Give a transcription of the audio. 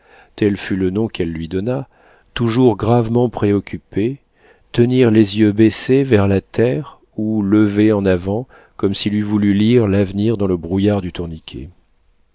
tel fut le nom qu'elle lui donna toujours gravement préoccupé tenir les yeux baissés vers la terre ou levés en avant comme s'il eût voulu lire l'avenir dans le brouillard du